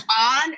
on